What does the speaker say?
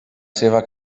seva